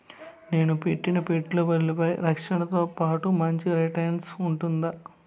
నేను పెట్టిన పెట్టుబడులపై రక్షణతో పాటు మంచి రిటర్న్స్ ఉంటుందా?